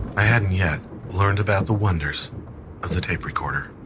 i hadn't yet learned about the wonders of the tape recorder